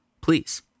please